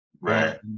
Right